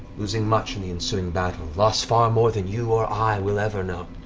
losing much in the ensuing battle. loss, far more than you or i will ever know.